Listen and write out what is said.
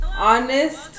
honest